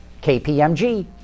KPMG